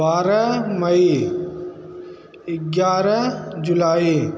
बारह मई ग्यारह जुलाई